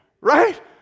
right